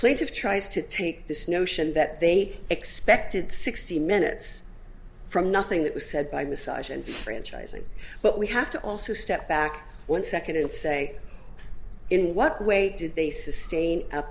plaintive tries to take this notion that they expected sixty minutes from nothing that was said by massage and franchising but we have to also step back one second and say in what way did they sustain u